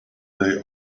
they